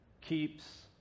keeps